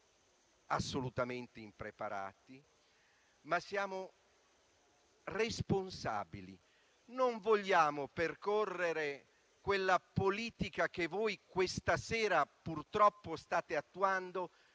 assolutamente impreparati, ma siamo responsabili. Non vogliamo percorrere quella politica che voi questa sera, purtroppo, state attuando,